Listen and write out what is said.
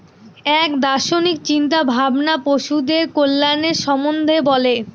এক দার্শনিক চিন্তা ভাবনা পশুদের কল্যাণের সম্বন্ধে বলে